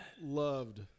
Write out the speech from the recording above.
Loved